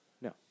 No